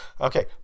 Okay